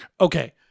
Okay